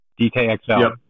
DKXL